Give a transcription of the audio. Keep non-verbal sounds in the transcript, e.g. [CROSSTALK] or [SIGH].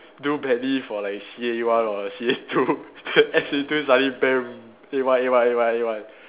do badly for like C_A one or C_A two [LAUGHS] and C_A two suddenly band A one A one A one A one